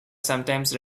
sometimes